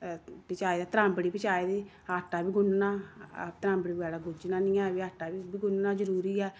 अ बी चाहिदा तरांबड़ी बी चाहिदी आटा बी गुनना तरांबड़ी बगैरा गुज्झना निं ऐ भी आटा बी ओह् बी गुनना जरूरी ऐ